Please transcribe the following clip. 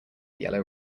yellow